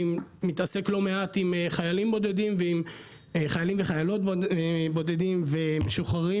אני מתעסק לא מעט עם חיילים וחיילות בודדים ומשוחררים